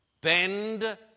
bend